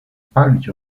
palić